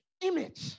image